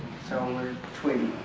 so we're tweeting